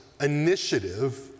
initiative